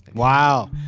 wow.